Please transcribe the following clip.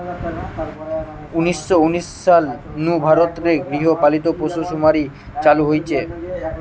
উনিশ শ উনিশ সাল নু ভারত রে গৃহ পালিত পশুসুমারি চালু হইচে